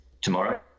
tomorrow